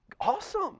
Awesome